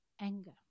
anger